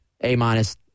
A-minus